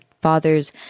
father's